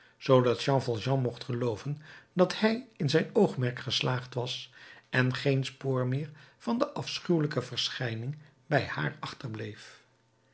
zoodat jean valjean mocht gelooven dat hij in zijn oogmerk geslaagd was en geen spoor meer van de afschuwelijke verschijning bij haar